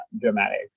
dramatic